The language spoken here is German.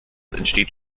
entsteht